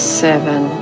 seven